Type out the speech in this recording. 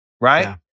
right